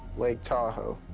lake tahoe.